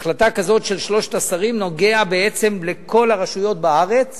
החלטה כזו של שלושת השרים נוגעת בעצם לכל הרשויות בארץ